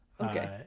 Okay